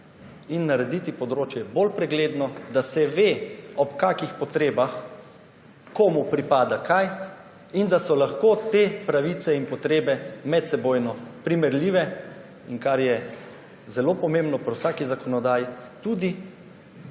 in narediti področje bolj pregledno, da se ve, ob kakih potrebah komu kaj pripada, in da so lahko te pravice in potrebe medsebojno primerljive in, kar je zelo pomembno pri vsaki zakonodaji, tudi